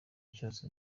cyose